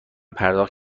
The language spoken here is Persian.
پرداخت